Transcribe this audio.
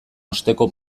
osteko